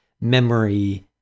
memory